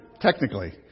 technically